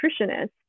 nutritionist